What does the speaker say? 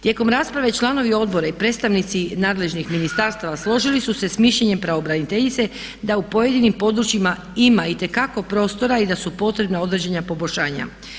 Tijekom rasprave članovi odbora i predstavnici nadležnih ministarstava složili su se s mišljenjem pravobraniteljice da u pojedinim područjima ima itekako prostora i da su potrebne određena poboljšanja.